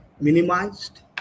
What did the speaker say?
minimized